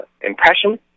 impression